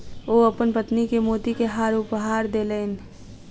ओ अपन पत्नी के मोती के हार उपहार देलैन